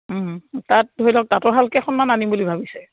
তাত ধৰি লওক তাঁতৰ শাল কেইখনমান আনিম বুলি ভাবিছে